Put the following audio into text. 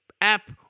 app